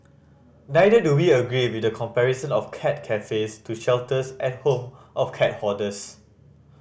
neither do we agree with the comparison of cat cafes to shelters and the home of cat hoarders